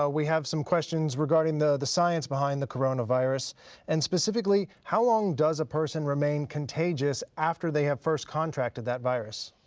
ah we have some questions regarding the the science behind the coronavirus and specifically how long does a person remain contagious after they have first contracted that virus?